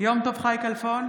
יום טוב חי כלפון,